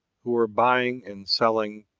who were buying and selling,